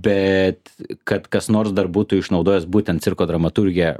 bet kad kas nors dar būtų išnaudojęs būtent cirko dramaturgiją